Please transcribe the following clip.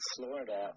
Florida